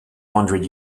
hundred